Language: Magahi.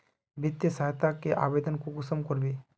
वित्तीय सहायता के आवेदन कुंसम करबे?